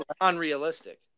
unrealistic